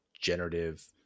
generative